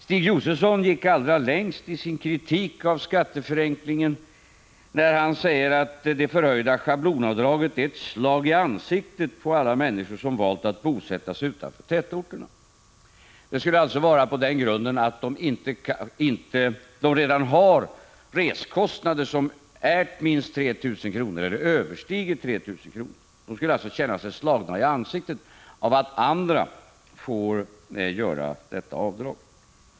Stig Josefson gick allra längst i sin kritik av skatteförenklingen när han sade att det förhöjda schablonavdraget är ett slag i ansiktet på alla människor som valt att bosätta sig utanför tätorterna. Det skulle vara på den grunden att de redan har resekostnader som är minst 3 000 kr. eller överstiger 3 000 kr. De skulle alltså känna sig slagna i ansiktet av att andra får göra detta avdrag.